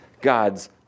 God's